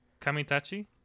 Kamitachi